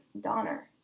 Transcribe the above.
Donner